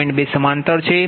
2 સમાંતર છે